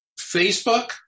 Facebook